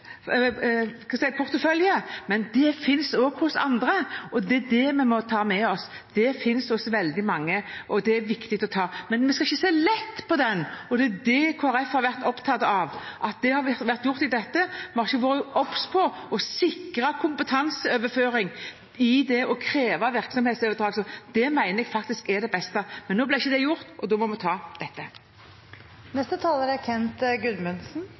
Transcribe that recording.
kan godt være at det er i Lufttransport sin personalportefølje, men det finnes også hos andre, og det er det vi må ta med oss. Det finnes hos veldig mange, og det er viktig å ta med seg. Men vi skal ikke ta lett på det, og det er det Kristelig Folkeparti har vært opptatt av at det har vært gjort når det gjelder dette. Vi har ikke vært obs på å sikre kompetanseoverføring ved å kreve virksomhetsoverdragelse. Det mener jeg faktisk er det beste. Men nå ble ikke det gjort, og da må vi ta dette. Det er